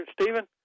Stephen